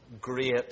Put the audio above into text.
great